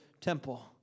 temple